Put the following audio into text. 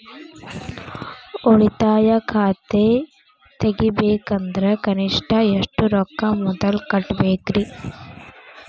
ಉಳಿತಾಯ ಖಾತೆ ತೆಗಿಬೇಕಂದ್ರ ಕನಿಷ್ಟ ಎಷ್ಟು ರೊಕ್ಕ ಮೊದಲ ಕಟ್ಟಬೇಕ್ರಿ?